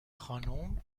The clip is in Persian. خانم